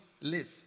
live